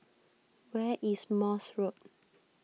where is Morse Road